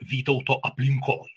vytauto aplinkoj